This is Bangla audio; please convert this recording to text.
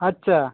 আচ্ছা